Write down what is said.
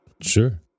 Sure